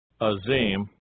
Azim